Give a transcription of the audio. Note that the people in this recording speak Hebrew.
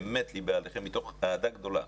באמת ליבי עליכם מתוך אהדה גדולה.